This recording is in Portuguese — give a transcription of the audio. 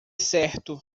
certo